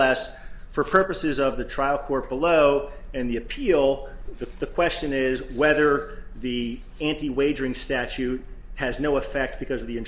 ss for purposes of the trial court below and the appeal to the question is whether the anti wagering statute has no effect because of the